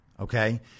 Okay